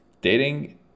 dating